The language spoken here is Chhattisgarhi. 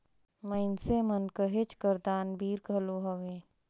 मइनसे मन कहेच कर दानबीर घलो हवें